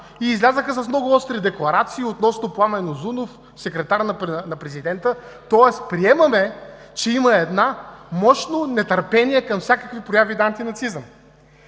и излязоха с много остри декларации относно Пламен Узунов – секретар на президента. Тоест, приемаме, че имаме едно мощно нетърпение към всякакви прояви на антинацизъм.